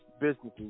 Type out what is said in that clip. businesses